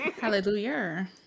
hallelujah